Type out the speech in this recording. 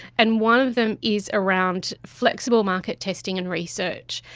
and one of them is around flexible market testing and research.